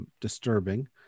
disturbing